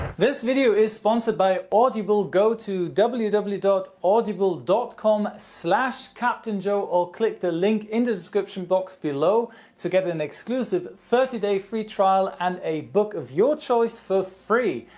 this video is sponsored by audible go to www www dot audible dot com slash captainjoe or click the link in the description box below to get an exclusive thirty day free trial and a book of your choice for free.